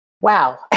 Wow